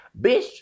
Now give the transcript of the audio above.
bitch